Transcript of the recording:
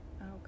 Okay